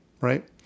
right